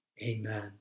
Amen